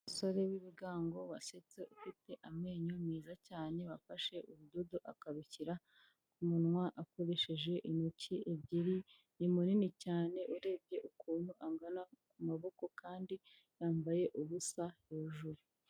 Umusore w'ibigango wasetse ufite amenyo meza cyane, wafashe ubudodo akabushyira ku munwa akoresheje intoki ebyiri, ni munini cyane urebye ukuntu angana ku maboko kandi yambaye ubusa hejuru.